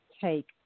Take